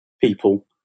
people